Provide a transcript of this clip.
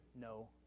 no